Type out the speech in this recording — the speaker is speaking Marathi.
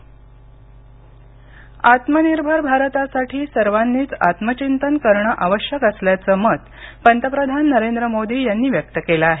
आत्मनिर्भर आत्मनिर्भर भारतासाठी सर्वांनीच आत्मचिंतन करणं आवश्यक असल्याचं मत पंतप्रधान नरेंद्र मोदी यांनी व्यक्त केलं आहे